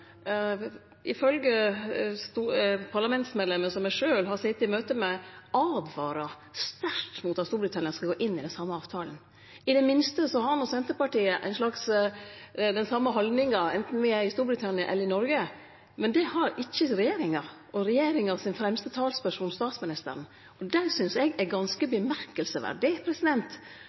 som eg sjølv har sete i møte med – åtvarar sterkt mot at Storbritannia skal gå inn i den same avtalen. I det minste har Senterpartiet den same haldninga anten me er i Storbritannia eller i Noreg, men det har ikkje regjeringa og regjeringas fremste talsperson, statsministeren. Eg synest absolutt det er